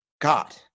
God